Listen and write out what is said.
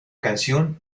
canción